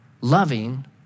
loving